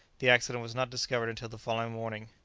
the accident was not discovered until the following morning.